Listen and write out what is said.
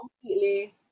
completely